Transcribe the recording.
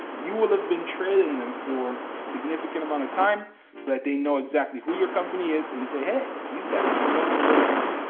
you will have been trailing them for a significant amount of time, so that they know exactly who your company is, and they say, hey, these are guys are promoting very well.